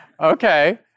okay